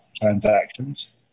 transactions